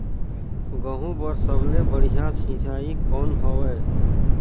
गहूं बर सबले बढ़िया सिंचाई कौन हवय?